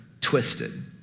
twisted